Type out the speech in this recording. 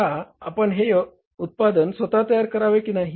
आता आपण हे उत्पादन स्वतः तयार करावे की नाही